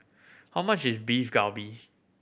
how much is Beef Galbi